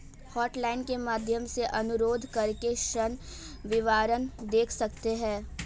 hotline के माध्यम से अनुरोध करके ऋण विवरण देख सकते है